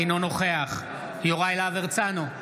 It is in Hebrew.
אינו נוכח יוראי להב הרצנו,